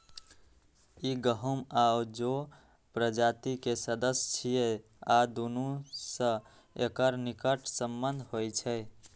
ई गहूम आ जौ प्रजाति के सदस्य छियै आ दुनू सं एकर निकट संबंध होइ छै